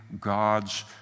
God's